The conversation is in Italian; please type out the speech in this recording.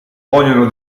vogliono